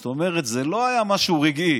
זאת אומרת, זה לא היה משהו רגעי.